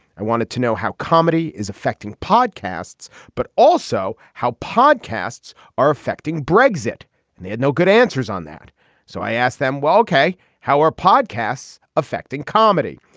i wanted to know how comedy is affecting podcasts but also how podcasts are affecting brexit and they had no good answers on that so i asked them well ok how are our podcasts affecting comedy.